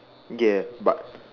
yes but